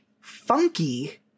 Funky